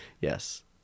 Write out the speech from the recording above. Yes